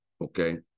Okay